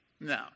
No